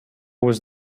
was